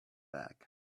bag